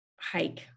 hike